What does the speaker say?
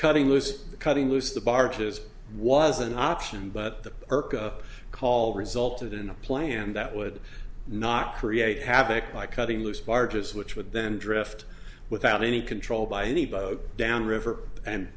cutting loose cutting loose the barges was an option but the irq up call resulted in a plan that would not create havoc by cutting loose barges which would then drift without any control by any boat down river and